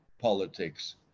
politics